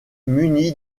muni